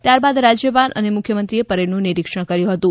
ત્યારબાદ રાજયપાલ અને મુખ્યમંત્રીએ પરેડનું નીરીક્ષણ કર્યું હતું